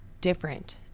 different